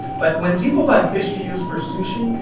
but when people buy fish to use for sushi,